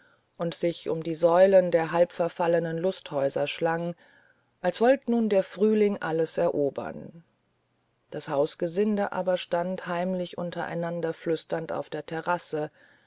und sich um die säulen der halbverfallenen lusthäuser schlang als wollt nun der frühling alles erobern das hausgesinde aber stand heimlich untereinander flüsternd auf der terrasse